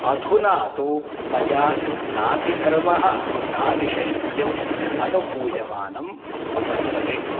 अधुना तु मया नातिघर्मः नातिशैत्यम् अनुभूयमानं वर्तते